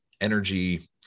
energy